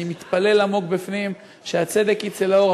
אני מתפלל עמוק בפנים שהצדק יצא לאור,